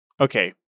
okay